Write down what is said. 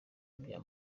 bya